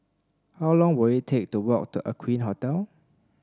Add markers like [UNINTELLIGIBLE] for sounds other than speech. how long will it take to walk [UNINTELLIGIBLE] Aqueen Hotel